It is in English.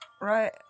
Right